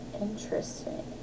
Interesting